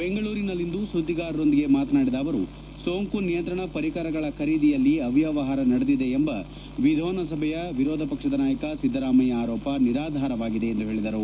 ಬೆಂಗಳೂರಿನಲ್ಲಿಂದು ಸುದ್ದಿಗಾರರೊಂದಿಗೆ ಮಾತನಾಡಿದ ಅವರು ಸೋಂಕು ನಿಯಂತ್ರಣ ಪರಿಕರಗಳ ಖರೀದಿಯಲ್ಲಿ ಅಮ್ಖವಹಾರ ನಡೆದಿದೆ ಎಂಬ ವಿಧಾನಸಭೆಯ ವಿರೋಧ ಪಕ್ಷದ ನಾಯಕ ಸಿದ್ದರಾಮಯ್ಯ ಆರೋಪ ನಿರಾಧಾರವಾಗಿದೆ ಎಂದು ಹೇಳಿದರು